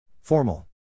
Formal